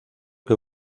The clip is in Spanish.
que